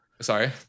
sorry